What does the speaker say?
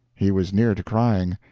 he was near to crying.